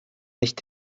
nicht